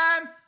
time